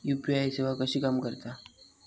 UPI सेवा कशी काम करता?